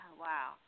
Wow